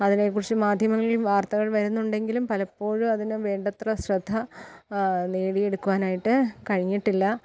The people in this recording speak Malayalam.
അതിനെക്കുറിച്ച് മാധ്യമങ്ങളിൽ വാർത്തകൾ വരുന്നുണ്ടെങ്കിലും പലപ്പോഴും അതിനു വേണ്ടത്ര ശ്രദ്ധ നേടിയെടുക്കാനായിട്ടു കഴിഞ്ഞിട്ടില്ല